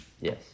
Yes